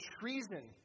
treason